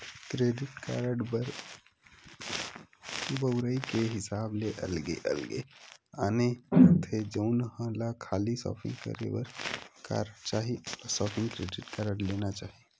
credit card बउरई के हिसाब ले अलगे अलगे आथे, जउन ल खाली सॉपिंग करे बर कारड चाही ओला सॉपिंग क्रेडिट कारड लेना चाही